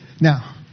Now